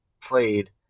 played